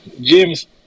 James